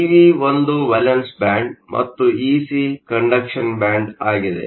EV ಒಂದು valence band ಮತ್ತು EC conduction band ಆಗಿದೆ